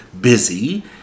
busy